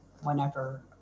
whenever